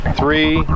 three